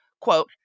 quote